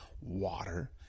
water